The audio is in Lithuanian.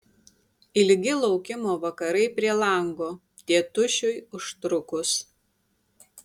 ilgi laukimo vakarai prie lango tėtušiui užtrukus